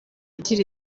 igira